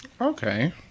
Okay